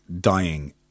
dying